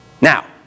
Now